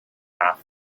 half